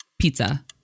Pizza